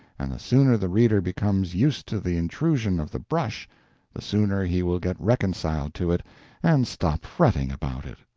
and the sooner the reader becomes used to the intrusion of the brush the sooner he will get reconciled to it and stop fretting about it.